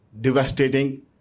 devastating